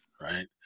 right